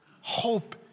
hope